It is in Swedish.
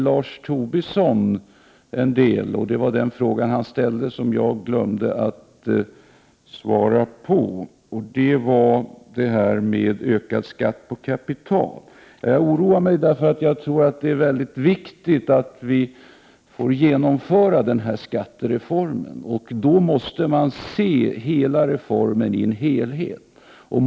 Lars Tobisson ställde en fråga som jag glömde att svara på. Det gällde ökad skatt på kapital. Jag tror att det är mycket viktigt att vi får genomföra den här skattereformen, och vi måste då se reformen som en helhet.